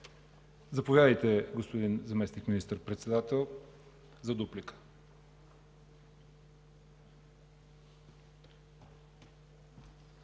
Заповядайте, господин Заместник министър-председател, за дуплика.